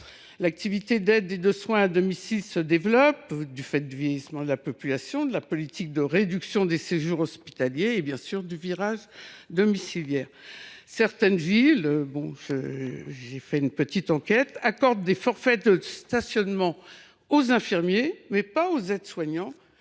L’activité d’aide et de soins à domicile se développe, du fait du vieillissement de la population, de la politique de réduction des séjours hospitaliers et, bien sûr, du virage domiciliaire. J’ai mené une petite enquête, qui m’a appris que certaines villes accordaient des forfaits de stationnement aux infirmiers, mais pas aux aides soignantes